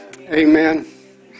Amen